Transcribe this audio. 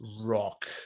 rock